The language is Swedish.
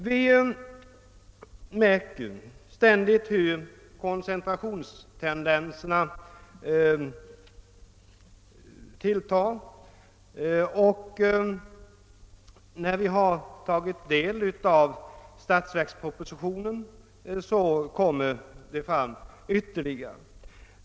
Vi märker ständigt hur koncentrationstendenserna ökar. När vi tagit del av statsverkspropositionen, finner vi ytterligare belägg härför.